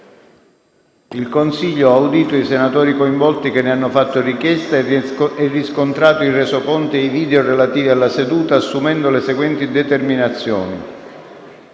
Il Consiglio ha udito i senatori coinvolti che ne hanno fatto richiesta e riscontrato i Resoconti e i video relativi alla seduta, assumendo le seguenti determinazioni.